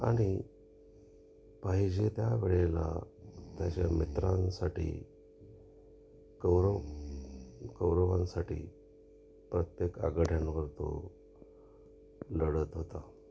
आणि पाहिजे त्या वेळेला त्याच्या मित्रांसाठी कौरव कौरवांसाठी प्रत्येक आघाड्यांवर तो लढत होता